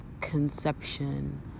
conception